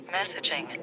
Messaging